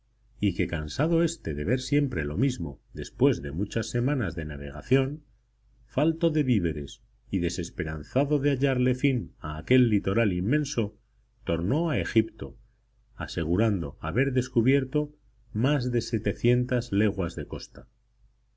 y que cansado éste de ver siempre lo mismo después de muchas semanas de navegación falto de víveres y desesperanzado de hallarle fin a aquel litoral inmenso tornó a egipto asegurando haber descubierto más de setecientas leguas de costa